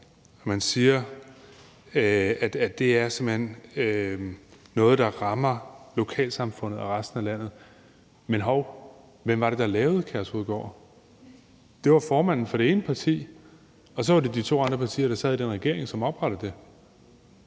det simpelt hen er noget, der rammer lokalsamfundet og resten af landet. Men hov, hvem var det, der lavede Kærshovedgård? Det var formanden for det ene parti, og så var det de to andre partier, der sad i den regering, som oprettede det.